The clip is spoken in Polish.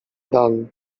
dan